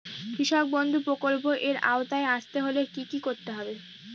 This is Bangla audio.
কৃষকবন্ধু প্রকল্প এর আওতায় আসতে হলে কি করতে হবে?